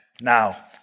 now